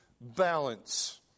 balance